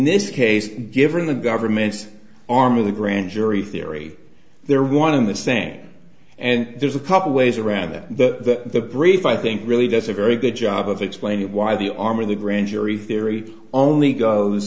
this case given the government's arm of the grand jury theory there want in the same and there's a couple ways around that that the brief i think really that's a very good job of explaining why the arm of the grand jury theory only goes